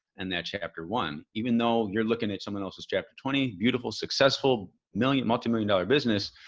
and that chapter one, even though you're looking at someone else's chapter twenty beautiful, successful million multi-million dollar business,